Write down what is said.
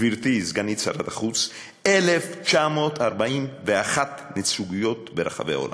גברתי סגנית שר החוץ, 1,941 נציגויות ברחבי העולם,